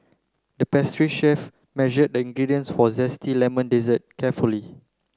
the pastry chef measured the ingredients for a zesty lemon dessert carefully